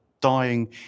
dying